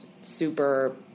super